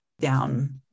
down